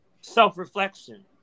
self-reflection